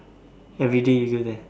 everyday you go there